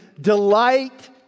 delight